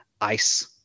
ice